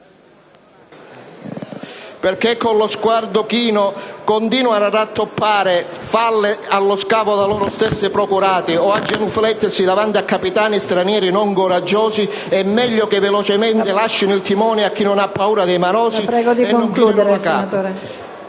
perché con lo sguardo chino continuano a rappezzare falle allo scafo da loro stesso procurate o a genuflettersi davanti a capitani stranieri non coraggiosi, è meglio che velocemente lascino il timone a chi non ha paura dei marosi e non chinino la testa: